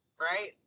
Right